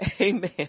Amen